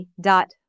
dot